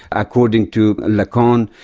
according to lacan,